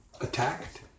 Attacked